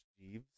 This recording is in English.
Jeeves